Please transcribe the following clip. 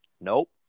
nope